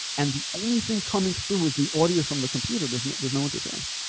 and the only thing coming through as the audio from the computer, there's no there's no interference.